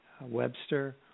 Webster